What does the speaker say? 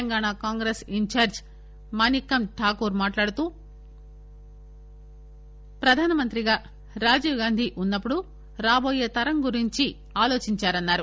తెలంగాణ కాంగ్రెస్ఇనీచార్లి మనిక్కమ్ ఠాగూర్ మాట్లాడుతూ ప్రధానమంత్రిగా రాజీవ్ గాంధీ ఉన్నప్పుడు రాటోయే తరం గురించి ఆలోచించారన్నారు